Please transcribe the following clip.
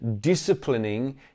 disciplining